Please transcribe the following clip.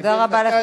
תודה רבה לך,